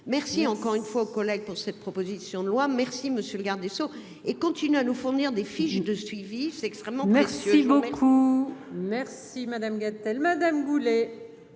merci encore une fois aux collègues pour cette proposition de loi, merci monsieur le garde des Sceaux et continue à nous fournir des fiches de suivi, c'est extrêmement. Si bon coup merci madame Gad Madame Goulet.